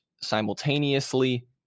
simultaneously